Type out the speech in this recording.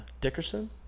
Dickerson